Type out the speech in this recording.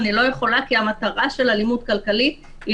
היא לא יכולה כי המטרה של אלימות כלכלית היא